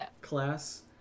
class